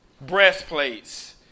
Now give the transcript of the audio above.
breastplates